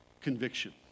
conviction